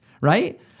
right